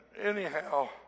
anyhow